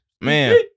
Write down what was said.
Man